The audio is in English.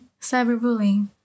cyberbullying